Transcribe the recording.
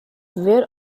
wird